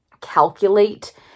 calculate